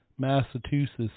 Massachusetts